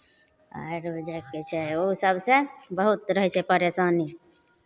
आरो जेकि छै ओ सभसँ बहुत रहै छै परेशानी